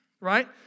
right